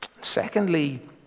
Secondly